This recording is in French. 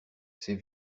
ces